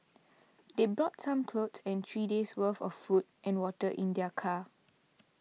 they brought some clothes and three days' worth of food and water in their car